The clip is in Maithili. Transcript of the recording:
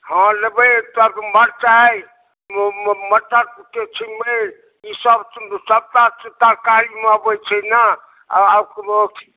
हँ लेबै एक मरचाइम म मटरके छिम्मरि ई सभ सभटा तरकारीमे अबै छै ने आ ओ